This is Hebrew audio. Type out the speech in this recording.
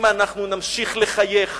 אם אנחנו נמשיך לחייך